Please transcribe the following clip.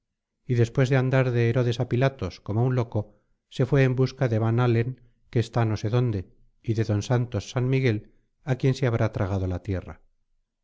y después de andar de herodes a pilatos como un loco se fue en busca de van-halen que está no sé dónde y de d santos san miguel a quien se habrá tragado la tierra